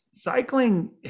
Cycling